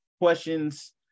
questions